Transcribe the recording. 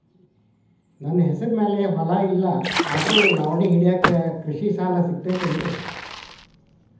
ನನ್ನ ಹೆಸರು ಮ್ಯಾಲೆ ಹೊಲಾ ಇಲ್ಲ ಆದ್ರ ಲಾವಣಿ ಹಿಡಿಯಾಕ್ ಕೃಷಿ ಸಾಲಾ ಸಿಗತೈತಿ ಏನ್ರಿ?